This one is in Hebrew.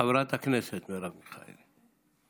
חברת הכנסת מרב מיכאלי.